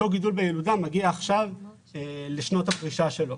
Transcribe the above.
אותו גידול בילודה מגיע עכשיו לשנות הפרישה שלו.